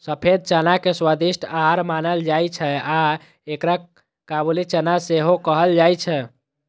सफेद चना के स्वादिष्ट आहार मानल जाइ छै आ एकरा काबुली चना सेहो कहल जाइ छै